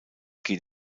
geht